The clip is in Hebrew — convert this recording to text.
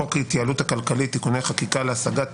חוק ההתייעלות הכלכלית (תיקוני חקיקה להשגת